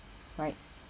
right